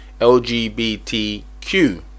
LGBTQ